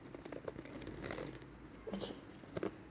okay